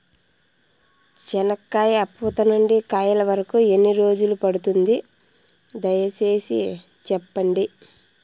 చెనక్కాయ పూత నుండి కాయల వరకు ఎన్ని రోజులు పడుతుంది? దయ సేసి చెప్పండి?